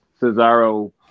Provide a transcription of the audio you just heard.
Cesaro